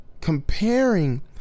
comparing